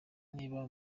niba